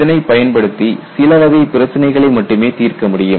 இதனை பயன்படுத்தி சில வகை பிரச்சினைகளை மட்டுமே தீர்க்க முடியும்